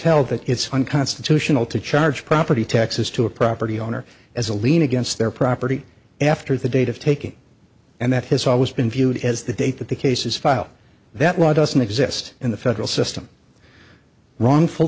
that it's unconstitutional to charge property taxes to a property owner as a lien against their property after the date of taking and that has always been viewed as the date that the case is file that law doesn't exist in the federal system wrongful